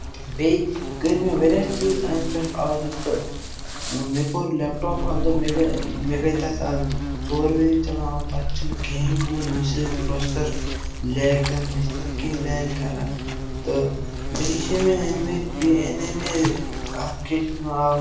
بیٚیہِ کٔرۍ مےٚ واریاہ چیٖز أنٛدۍ پٮ۪ٹھ آرڈَر تہٕ مےٚ کوٚر لیپٹاپ آرڈَر مےٚ گٔے مےٚ گٔے تَتھ آز ژور ؤری چَلاوان تَتھ چھِنہٕ کِہیٖنۍ گوٚمُت نہ چھِ پرٛوسیسَر لیک کَران نہ چھِ تَتھ کِہیٖنۍ لیک کَران تہٕ بیٚیہِ چھِ مےٚ أنۍ مٕتۍ بیٚیہِ أنے مےٚ اَتھ کیٛاہ چھِ نہٕ آو